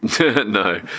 No